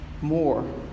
more